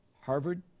Harvard